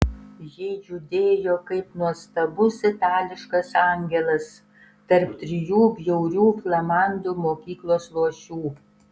ji judėjo kaip nuostabus itališkas angelas tarp trijų bjaurių flamandų mokyklos luošių